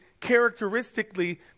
characteristically